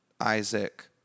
Isaac